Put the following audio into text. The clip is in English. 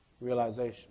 realization